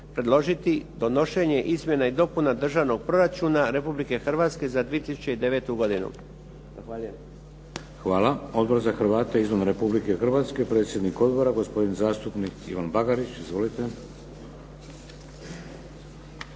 predložiti donošenje Izmjena i dopuna Državnog proračuna Republike Hrvatske za 2009. godinu. Zahvaljujem. **Šeks, Vladimir (HDZ)** Hvala. Odbor za Hrvate izvan Republike Hrvatske. Predsjednik Odbora, gospodin zastupnik Ivan Bagarić. Izvolite.